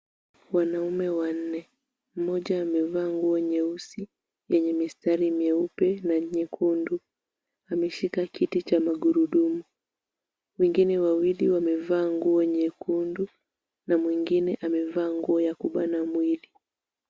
Wanaume wanne ,mmoja amevaa nguo nyeusi yenye mistari meupe na nyekundu ameshikia kiti cha magurudumu, wengine wawili wamevaa nguo nyekundu na mwingine amevaa nguo ya kubana mwili.